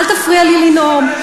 אל תפריע לי לנאום.